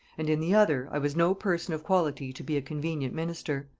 and in the other, i was no person of quality to be a convenient minister.